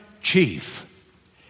chief